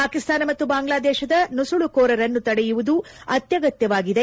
ಪಾಕಿಸ್ತಾನ ಮತ್ತು ಬಾಂಗ್ಲಾದೇಶದ ನುಸುಳುಕೋರರನ್ನು ತಡೆಯುವುದು ಅತ್ಯಗತ್ತವಾಗಿದೆ